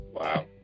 wow